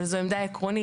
אבל זו עמדה עקרונית,